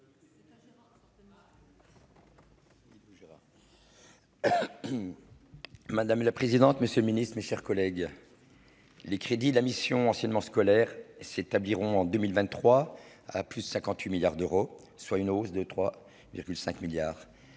Madame la présidente, messieurs les ministres, mes chers collègues, les crédits de la mission « Enseignement scolaire » s'établiront en 2023 à plus de 58 milliards d'euros, soit une hausse de 3,5 milliards d'euros.